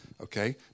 Okay